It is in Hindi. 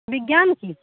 विज्ञान की